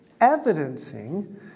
evidencing